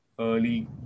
early